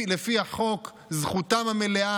לפי החוק, זכותם המלאה.